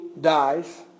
dies